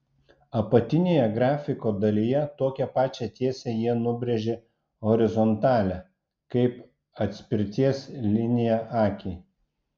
apatinėje grafiko dalyje tokią pačią tiesę jie nubrėžė horizontalią kaip atspirties liniją akiai